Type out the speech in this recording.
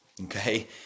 okay